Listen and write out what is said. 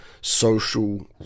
social